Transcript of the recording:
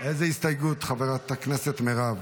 איזו הסתייגות, חברת הכנסת מירב?